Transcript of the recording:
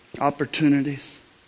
opportunities